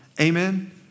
Amen